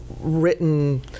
written